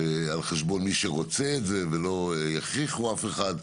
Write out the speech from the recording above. על חשבון מי שרוצה את זה, בלי להכריח אף אחד.